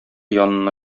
янына